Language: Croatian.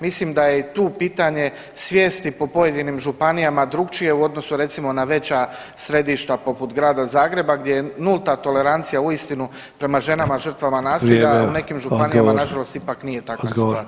Mislim da je i tu pitanje svijesti po pojedinim županijama drugačije u odnosu recimo na veća središta poput Grada Zagreba gdje je nulta tolerancija uistinu prema ženama žrtvama nasilja [[Upadica: Vrijeme.]] u nekim županijama nažalost [[Upadica: Odgovor.]] ipak nije takva situacija.